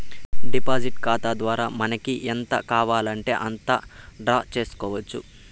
deposit ఖాతా ద్వారా మనకి ఎంత కావాలంటే అంత డ్రా చేసుకోవచ్చు